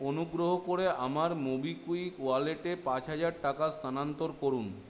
অনুগ্রহ করে আমার মোবিক্যুইক ওয়ালেটে পাঁচ হাজার টাকা স্থানান্তর করুন